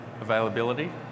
availability